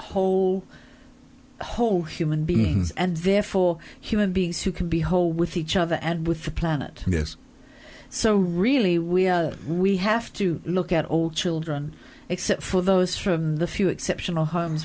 whole whole human beings and therefore human beings who can be whole with each other and with the planet yes so really we we have to look at all children except for those from the few exceptional homes